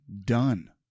done